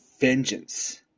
vengeance